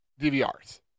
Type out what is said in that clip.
DVRs